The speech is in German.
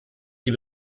die